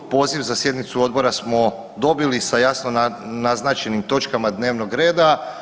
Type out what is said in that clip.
Poziv za sjednicu Odbora smo dobili sa jasno naznačenim točkama dnevnoga reda.